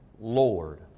Lord